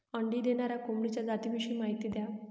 अंडी देणाऱ्या कोंबडीच्या जातिविषयी माहिती द्या